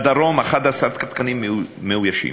בדרום, 11 תקנים מאוישים.